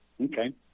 Okay